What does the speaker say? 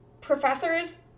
professors